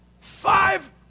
Five